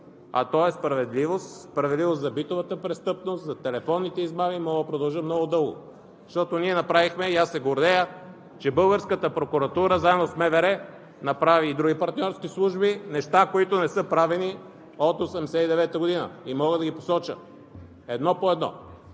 а то е справедливост – справедливост за битовата престъпност, за телефонните измами – мога да продължа много дълго. И аз се гордея, че българската прокуратура, заедно с МВР и други партньорски служби, направи неща, които не са правени от 1989 г., и мога да ги посоча едно по едно.